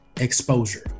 Exposure